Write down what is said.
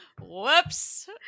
Whoops